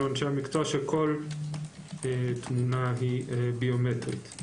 אנשי המקצוע שכל תמונה היא ביומטרית.